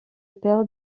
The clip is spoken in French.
père